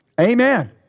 Amen